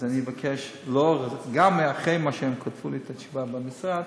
אז אני מבקש, גם אחרי התשובה שכתבו לי במשרד,